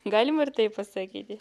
galima ir taip pasakyti